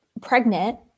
pregnant